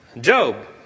Job